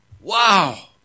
Wow